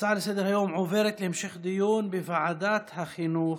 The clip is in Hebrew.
ההצעה לסדר-היום עוברת להמשך דיון בוועדת החינוך.